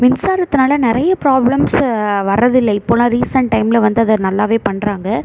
மின்சாரத்தினால நிறைய ப்ராபளம்ஸ் வரதில்லை இப்போயெலாம் ரீசன்ட் டைமில் வந்து அது நல்லாவே பண்ணுறாங்க